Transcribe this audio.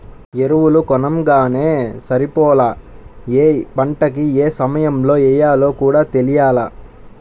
ఎరువులు కొనంగానే సరిపోలా, యే పంటకి యే సమయంలో యెయ్యాలో కూడా తెలియాల